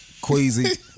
Queasy